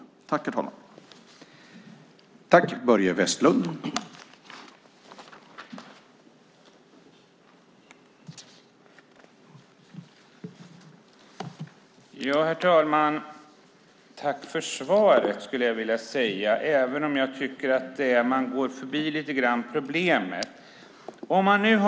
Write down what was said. Då Veronica Palm, som framställt interpellationen, anmält att hon var förhindrad att närvara vid sammanträdet medgav talmannen att Börje Vestlund i stället fick delta i överläggningen.